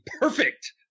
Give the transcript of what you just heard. perfect